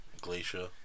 Glacier